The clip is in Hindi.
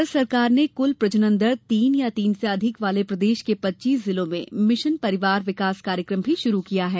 भारत सरकार ने कुल प्रजनन दर तीन या तीन से अधिक वाले प्रदेश के पच्चीस जिलों में मिशन परिवार विकास कार्यक्रम भी शुरू किया है